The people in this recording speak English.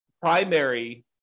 primary